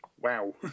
wow